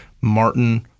martin